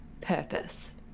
purpose